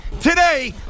today